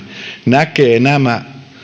näkee nämä